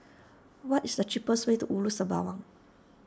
what is the cheapest way to Ulu Sembawang